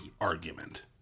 argument